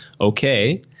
okay